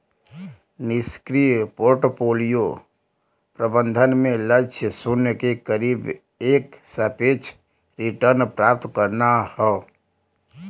निष्क्रिय पोर्टफोलियो प्रबंधन में लक्ष्य शून्य के करीब एक सापेक्ष रिटर्न प्राप्त करना हौ